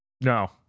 No